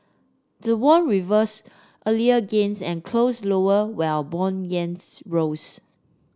the won reversed earlier gains and closed lower while bond yields rose